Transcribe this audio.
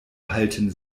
halten